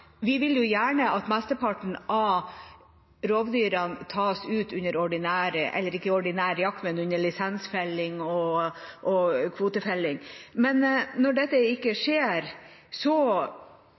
Vi vil gjerne at mesteparten av rovdyrene tas ut ved lisensfelling og kvotefelling. Men når dette ikke